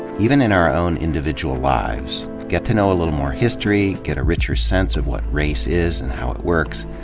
even in our own individual lives. get to know ah little more history, get a richer sense of what race is and how it works,